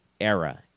era